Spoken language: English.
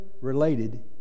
related